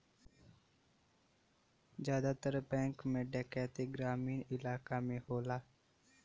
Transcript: जादातर बैंक में डैकैती ग्रामीन इलाकन में होला